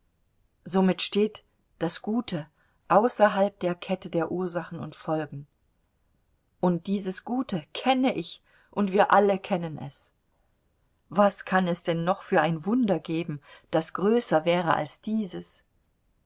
somit steht das gute außerhalb der kette der ursachen und folgen und dieses gute kenne ich und wir alle kennen es was kann es denn noch für ein wunder geben das größer wäre als dieses